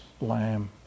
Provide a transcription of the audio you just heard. lamb